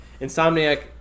Insomniac